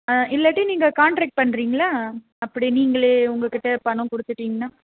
ஆ இல்லாட்டி நீங்கள் காண்ட்ரக்ட் பண்ணுறீங்களா அப்படி நீங்களே உங்கக்கிட்டே பணம் கொடுத்துட்டீங்கன்னா